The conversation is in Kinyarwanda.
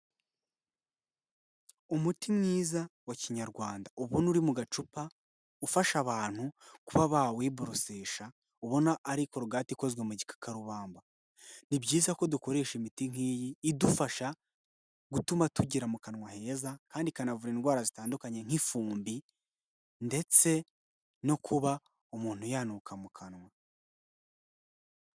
Umuti mwiza wa kinyarwanda, ubona uri mu gacupa, ufasha abantu kuba bawiborosesha, ubona ari korogati ikozwe mu gikakarubamba. Ni byiza ko dukoresha imiti nk'iyi idufasha gutuma tugira mu kanwa heza, kandi ikanavura indwara zitandukanye nk'ifumbi, ndetse no kuba umuntu yanuka mu kanwa.